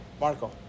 Marco